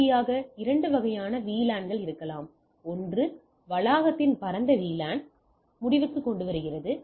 இறுதியாக இரண்டு வகையான VLAN இருக்கலாம் ஒன்று வளாகத்தின் பரந்த VLAN ஐ முடிவுக்குக் கொண்டுவருகிறது